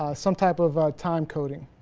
some type of ah. time coding